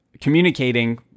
communicating